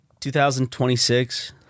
2026